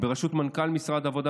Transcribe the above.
בראשות מנכ"ל משרד העבודה,